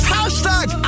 Hashtag